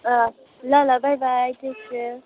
अँ ल ल बाई बाई टेक केयर